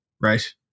Right